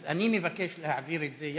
אז אני מבקש להעביר את זה,